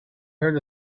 heard